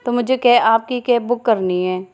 तो मुझे के आपकी कैब बुक करनी है